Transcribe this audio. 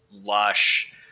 lush